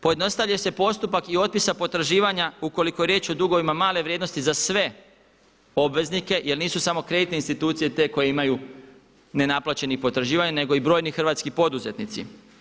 Pojednostavlja se postupak i otpisa potraživanja ukoliko je riječ o dugovima male vrijednosti za sve obveznike jer nisu samo kreditne institucije te koje imaju nenaplaćenih potraživanja nego i broji hrvatski poduzetnici.